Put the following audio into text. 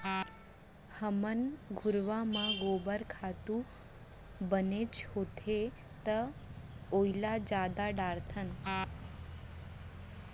हमन घुरूवा म गोबर खातू बनेच होथे त ओइला जादा डारथन